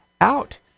out